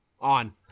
On